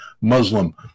Muslim